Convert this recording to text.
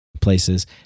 places